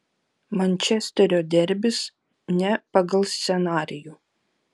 mančesterio derbis ne pagal scenarijų